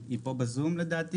היא פה בזום לדעתי.